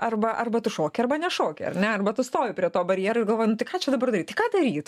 arba arba tu šoki arba nešoki ar ne arba tu stovi prie to barjero ir galvoji nu tai ką čia dabar daryt tai ką daryt